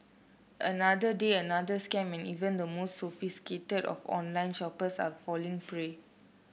another day another scam and even the most sophisticated of online shoppers are falling prey